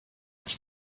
its